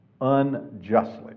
unjustly